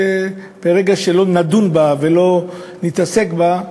ברגע שלא נדון בה ולא נתעסק בה,